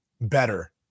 better